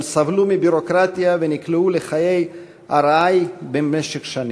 הם סבלו מביורוקרטיה ונקלעו לחיי עראי במשך שנים.